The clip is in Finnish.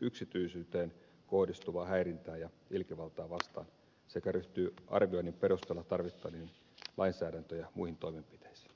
yksityisyyteen kohdistuvaa häirintää ja ilkivaltaa vastaan sekä ryhtyy arvioinnin perusteella tarvittaviin lainsäädäntö ja muihin toimenpiteisiin